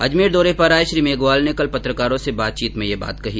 अजमेर दौरे पर आए श्री मेघवाल ने कल पत्रकारों से बातचीत में यह बात कही